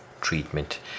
treatment